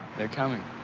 they're coming.